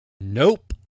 Nope